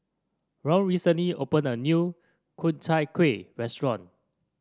Ron recently opened a new Ku Chai Kueh restaurant